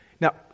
now